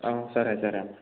సరే సరే అన్న